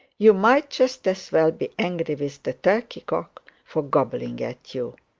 you might just as well be angry with the turkey cock for gobbling at you.